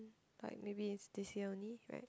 but maybe is this year only right